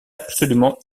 absolument